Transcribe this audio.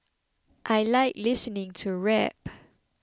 I like listening to rap